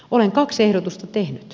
olen kaksi ehdotusta tehnyt